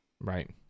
right